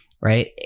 right